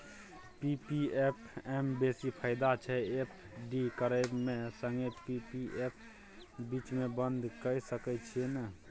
P P F म बेसी फायदा छै या एफ.डी करबै म संगे पी.पी एफ बीच म बन्द के सके छियै न?